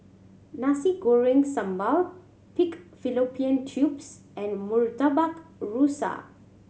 Nasi Goreng Sambal pig fallopian tubes and Murtabak Rusa